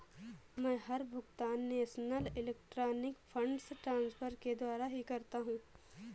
मै हर भुगतान national electronic funds transfer के द्वारा ही करता हूँ